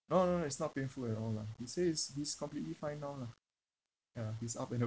no no no it's not painful at all lah he says he's completely fine now lah ya he's up and